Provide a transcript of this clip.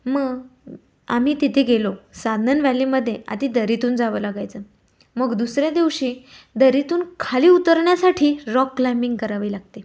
मग आम्ही तिथे गेलो साद्नन वॅलीमदे आदि दरीतून जावं लागायचं मग दुसऱ्या दिवशी दरीतून खाली उतरन्यासाठी रॉक क्लाइम्बिंग करावे लागते